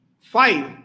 five